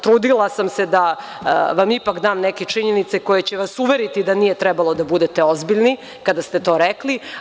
Trudila sam se da vam ipak dam neke činjenice koje će vas uveriti da nije trebalo da budete ozbiljni kada ste to rekli.